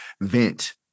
vent